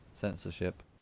censorship